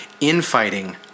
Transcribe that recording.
infighting